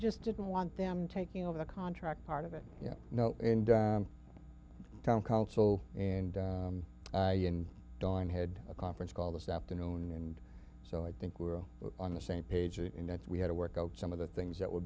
just didn't want them taking over the contract part of it you know and town council and i and don had a conference call this afternoon and so i think we're on the same page in that we had to work out some of the things that were